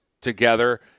together